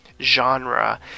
Genre